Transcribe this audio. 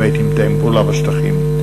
והייתי מתאם הפעולות בשטחים.